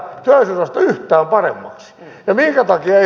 ja minkä takia emme saaneet